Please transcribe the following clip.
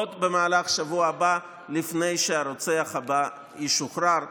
עוד במהלך השבוע הבא, לפני שהרוצח הבא ישוחרר.